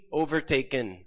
overtaken